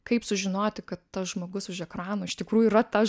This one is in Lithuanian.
kaip sužinoti kad tas žmogus už ekranų iš tikrųjų yra tas